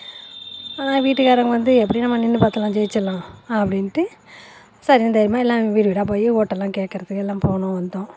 ஆனால் வீட்டுக்காரவங்க வந்து எப்படி நம்ம நின்று பார்த்துரலாம் ஜெயிச்சிரலாம் அப்படின்ட்டு சரினு தைரியமாக எல்லாம் வீடு வீடாக போய் ஓட்டெல்லாம் கேட்கறத்துக்கு எல்லாம் போனோம் வந்தோம்